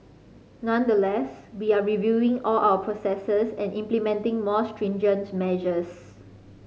nonetheless we are reviewing all our processes and implementing more stringent measures